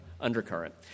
undercurrent